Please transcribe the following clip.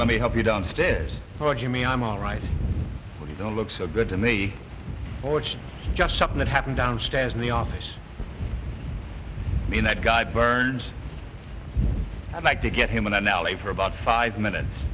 let me help you down stairs for jimmy i'm all right you don't look so good to me or it's just something that happened down as in the office i mean that guy burns i'd like to get him in an alley for about five minutes